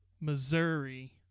Missouri